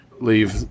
leave